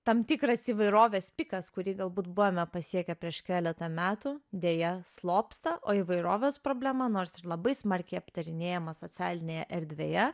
tam tikras įvairovės pikas kurį galbūt buvome pasiekę prieš keletą metų deja slopsta o įvairovės problema nors ir labai smarkiai aptarinėjama socialinėje erdvėje